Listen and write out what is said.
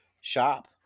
shop